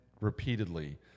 repeatedly